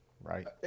Right